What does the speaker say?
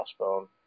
Crossbone